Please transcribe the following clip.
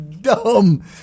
Dumb